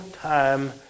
time